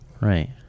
Right